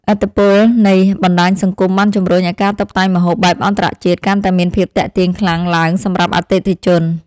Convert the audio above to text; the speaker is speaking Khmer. ឥទ្ធិពលនៃបណ្តាញសង្គមបានជំរុញឱ្យការតុបតែងម្ហូបបែបអន្តរជាតិកាន់តែមានភាពទាក់ទាញខ្លាំងឡើងសម្រាប់អតិថិជន។